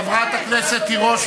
חברת הכנסת תירוש,